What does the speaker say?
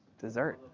Dessert